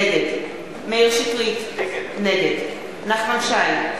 נגד מאיר שטרית, נגד נחמן שי,